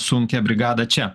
sunkią brigadą čia